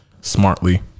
smartly